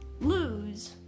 lose